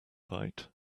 bite